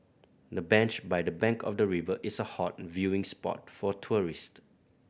the bench by the bank of the river is a hot viewing spot for tourist